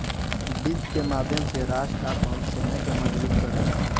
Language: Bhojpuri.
वित्त के माध्यम से राष्ट्र आपन सेना के मजबूत करेला